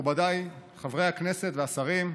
מכובדיי חברי הכנסת והשרים,